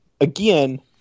again